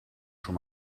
schon